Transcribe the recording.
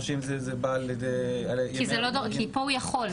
או שאם זה בא על ימי --- כי פה הוא יכול.